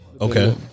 Okay